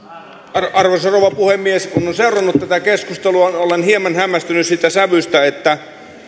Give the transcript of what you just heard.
arvoisa rouva puhemies kun olen seurannut tätä keskustelua olen hieman hämmästynyt sen sävystä